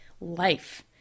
life